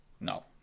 No